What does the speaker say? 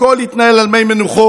הכול התנהל על מי מנוחות.